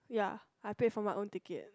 ya I paid for my own ticket